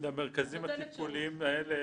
למרכזים הטיפוליים האלה